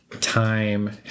time